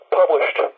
published